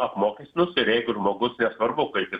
apmokestinus ir jeigu žmogus nesvarbu kaip